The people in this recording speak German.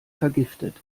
vergiftet